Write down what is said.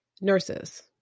nurses